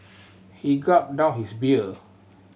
he gulped down his beer